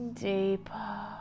deeper